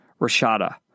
Rashada